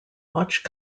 watch